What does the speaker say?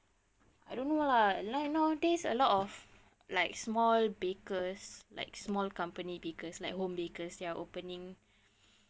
I don't know lah nowadays a lot of like small bakers like small company because like home bakers are opening